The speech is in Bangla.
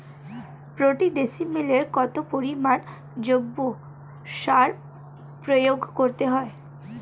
প্রতি ডিসিমেলে কত পরিমাণ জৈব সার প্রয়োগ করতে হয়?